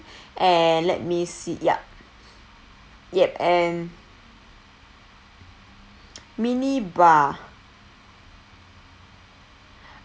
and let me see yup yup and mini bar